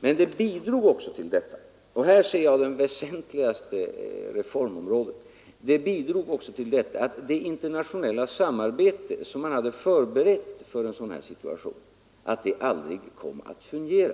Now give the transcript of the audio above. Men denna återhållsamhet bidrog också — och här ser jag det väsentliga reformområdet — till att det internationella samarbete som man hade förberett för en sådan här situation aldrig började fungera.